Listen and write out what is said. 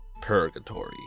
purgatory